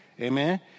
Amen